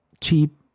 cheap